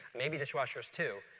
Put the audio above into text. maybe dishwashers too,